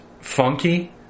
funky